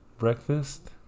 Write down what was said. breakfast